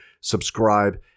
Subscribe